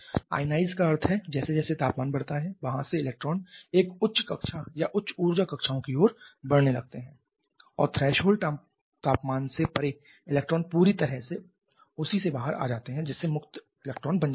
ionise का अर्थ है जैसे जैसे तापमान बढ़ता है वहाँ से इलेक्ट्रॉन एक उच्च कक्षा या उच्च ऊर्जा कक्षाओं की ओर बढ़ने लगते हैं और थ्रेशोल्ड तापमान से परे इलेक्ट्रॉन पूरी तरह से उसी से बाहर आ जाते हैं जिससे मुक्त इलेक्ट्रॉन बन जाता है